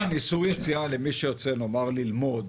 איסור יציאה למי שיוצא ללמוד